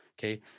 Okay